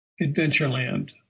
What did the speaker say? Adventureland